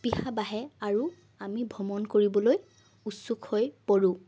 স্পৃহা বাঢ়ে আৰু আমি ভ্ৰমণ কৰিবলৈ উচ্ছুক হৈ পৰোঁ